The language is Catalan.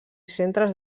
centres